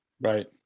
Right